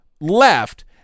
left